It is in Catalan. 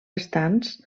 restants